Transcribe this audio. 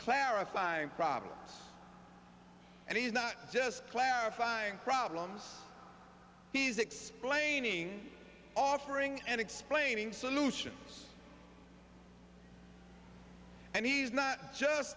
clarifying problems and he's not just clarifying problems he's explaining offering and explaining solution and he's not just